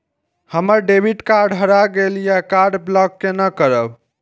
हमर debit card हरा गेल ये कार्ड ब्लॉक केना करब?